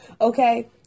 Okay